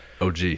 OG